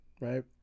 right